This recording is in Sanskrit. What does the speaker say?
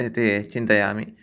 इति चिन्तयामि